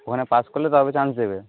ওখানে পাশ করলে তারপরে চান্স দেবে